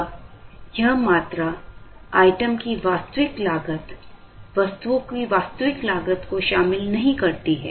अब यह मात्रा आइटम की वास्तविक लागत वस्तु की वास्तविक लागत को शामिल नहीं करती है